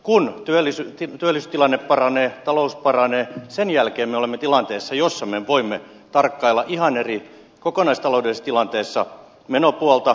kun työllisyystilanne paranee talous paranee sen jälkeen me olemme tilanteessa jossa me voimme tarkkailla ihan eri kokonaistaloudellisessa tilanteessa menopuolta ja myöskin tulopuolta